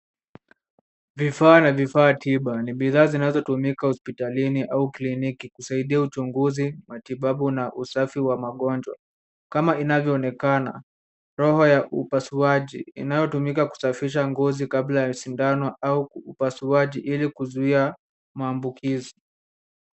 Vifaa na vifaa tiba. Ni vifaa zinazotumika hospitalini au kliniki kusaidia uchunguzi, matibabu na usafi wa magonjwa, kama inavyoonekana, roho ya upasuaji inayotumika kusafisha ngozi kabla ya sindano au upasuaji ili kuzuia maambukizi.